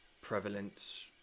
prevalent